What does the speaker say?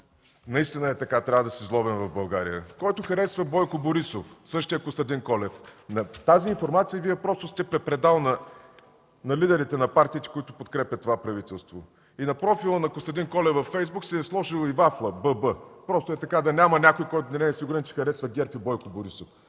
наистина е така – трябва да си злобен в България. Който харесва Бойко Борисов – същият Костадин Колев. Тази информация Вие просто сте препредал на лидерите на партиите, които подкрепят това правителство. И на профила си Костадин Колев във Фейсбук е сложил и вафла „ББ“ – просто, ей така, да няма някой, който да не е сигурен, че харесва ГЕРБ и Бойко Борисов.